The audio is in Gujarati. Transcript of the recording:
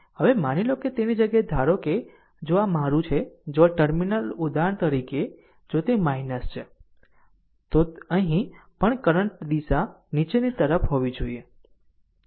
હવે માની લો કે તેની જગ્યાએ ધારો કે જો આ મારું છે જો આ ટર્મિનલ ઉદાહરણ તરીકે જો તે છે જો તે છે તો અહીં પણ કરંટ દિશા નીચેની તરફ હોવી જોઈએ